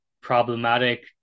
problematic